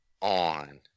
on